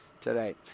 today